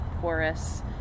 porous